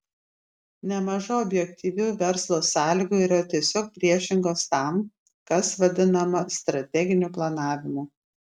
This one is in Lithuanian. nemaža objektyvių verslo sąlygų yra tiesiog priešingos tam kas vadinama strateginiu planavimu